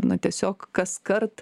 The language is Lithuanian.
na tiesiog kaskart